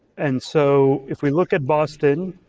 and so if we look at boston,